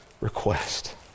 request